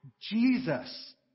Jesus